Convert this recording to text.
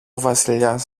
βασιλιάς